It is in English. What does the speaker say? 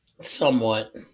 Somewhat